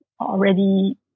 already